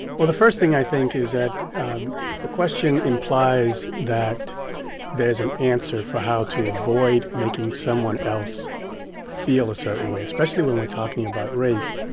well, the first thing i think is that the question implies that there's an answer for how to avoid making someone else feel a certain way, especially when we're talking about race.